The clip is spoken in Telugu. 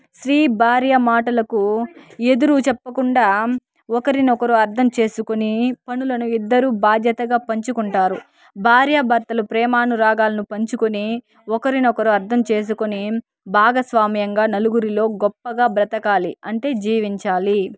స్త్రీ భార్య మాటలకు ఎదురు చెప్పకుండా ఒకరినొకరు అర్థం చేసుకుని పనులను ఇద్దరూ బాధ్యతగా పంచుకుంటారు భార్య భర్తలు ప్రేమానురాగాలను పంచుకొని ఒకరినొకరు అర్థం చేసుకొని భాగస్వామ్యంగా నలుగురిలో గొప్పగా బ్రతకాలి అంటే జీవించాలి